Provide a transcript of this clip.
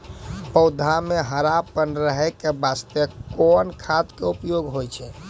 पौधा म हरापन रहै के बास्ते कोन खाद के उपयोग होय छै?